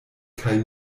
kaj